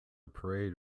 parade